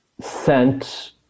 sent